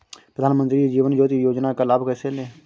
प्रधानमंत्री जीवन ज्योति योजना का लाभ कैसे लें?